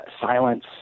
silence